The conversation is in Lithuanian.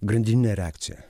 grandininė reakcija